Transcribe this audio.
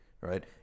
Right